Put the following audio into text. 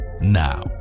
now